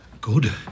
Good